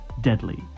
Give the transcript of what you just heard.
deadly